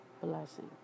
blessing